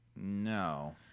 No